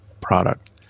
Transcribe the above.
product